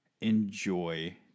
enjoy